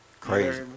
Crazy